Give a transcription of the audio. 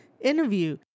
interview